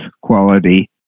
quality